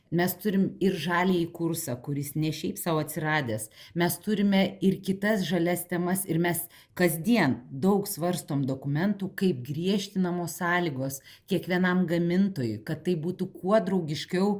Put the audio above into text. mes turim ir žaliąjį kursą kuris ne šiaip sau atsiradęs mes turime ir kitas žalias temas ir mes kasdien daug svarstom dokumentų kaip griežtinamos sąlygos kiekvienam gamintojui kad tai būtų kuo draugiškiau